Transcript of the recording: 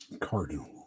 cardinal